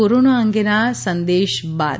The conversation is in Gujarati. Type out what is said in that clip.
કોરોના અંગેના આ સંદેશ બાદ